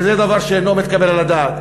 וזה דבר שאינו מתקבל על הדעת.